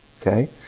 Okay